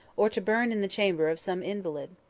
or to burn in the chamber of some invalid.